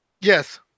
Yes